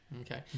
Okay